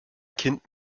kind